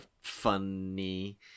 funny